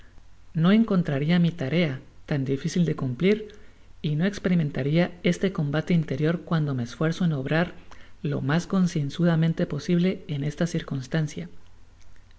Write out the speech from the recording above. no encontraria mi tarea tan dificil de cumplir y no esperimentaria este combate interior cuando me esfuerzo en obrar lo mas concienzudamente posible en esta circunstancia